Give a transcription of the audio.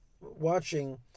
watching